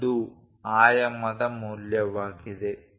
0 ಆಯಾಮದ ಮೌಲ್ಯವಾಗಿದೆ